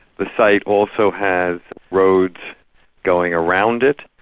the site also has roads going around it,